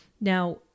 Now